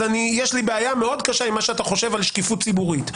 יש לי בעיה מאוד קשה עם מה שאתה חושב על שקיפות ציבורית.